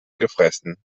gefressen